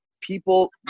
people